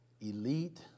elite